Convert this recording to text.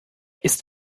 ist